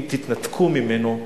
אם תתנתקו ממנו,